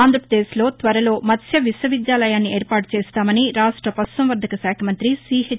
ఆంధ్రప్రదేశ్లో త్వరలో మత్స్య విశ్వవిద్యాలయాన్ని ఏర్పాటు చేస్తామని రాష్ట్ర పశుసంవర్దక శాఖ మంతి సిహెచ్